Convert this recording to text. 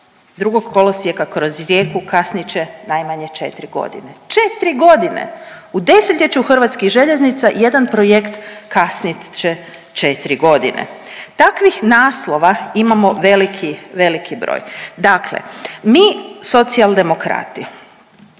drugog kolosijeka kroz Rijeku kasnit će najmanje 4 godine, 4 godine. U desetljeću hrvatskih željeznica jedan projekt kasnit će 4 godine. Takvih naslova imamo veliki, veliki broj. Dakle, mi Socijaldemokrati